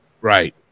Right